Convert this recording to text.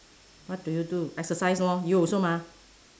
what do you do exercise lor you also mah